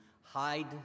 hide